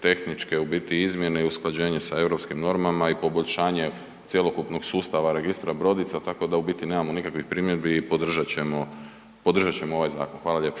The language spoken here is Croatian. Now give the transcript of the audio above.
tehničke u biti izmjene i usklađenje sa europskim normama i poboljšanje cjelokupnog sustava registra brodica, tako da u biti nemamo nikakvih primjedbi i podržat ćemo ovaj zakon. Hvala lijepo.